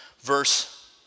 Verse